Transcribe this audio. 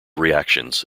reactions